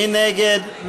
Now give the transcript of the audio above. מי נגד?